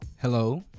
Hello